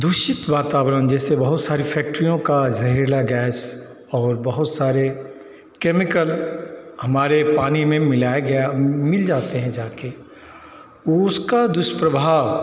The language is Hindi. दूषित वातावरण जैसे बहुत सारी फैक्ट्रीयों का जहरीला गैस और बहुत सारे कैमिकल हमारे पानी में मिलाया गया मिल जाते हैं जाकर उसका दुष्प्रभाव